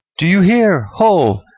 do you hear? ho!